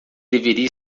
deveria